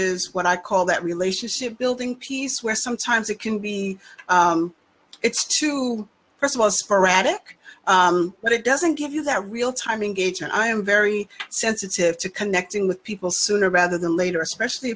forges what i call that relationship building piece where sometimes it can be it's true first of all sporadic but it doesn't give you that real time engage and i am very sensitive to connecting with people sooner rather than later especially